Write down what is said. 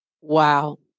Wow